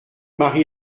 mari